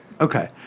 Okay